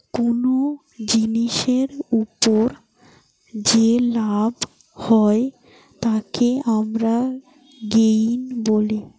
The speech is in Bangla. কুনো জিনিসের উপর যে লাভ হয় তাকে আমরা গেইন বলি